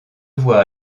voit